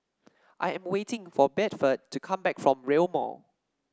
I am waiting for Bedford to come back from Rail Mall